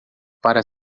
para